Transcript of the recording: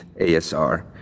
ASR